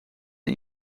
een